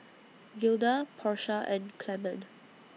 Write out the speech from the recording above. Gilda Porsha and Clemon